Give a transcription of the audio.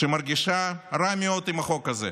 שמרגישה רע מאוד עם החוק הזה,